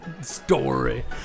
story